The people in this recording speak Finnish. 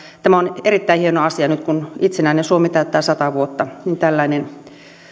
tämä on erittäin hieno asia että nyt kun itsenäinen suomi täyttää sata vuotta tällainen